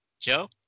Joe